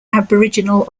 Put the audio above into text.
aboriginal